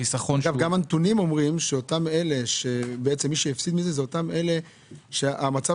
גם הנתונים אומרים שמי שהפסיד זה אותם אלה שגם כך המצב